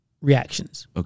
reactions